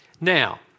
Now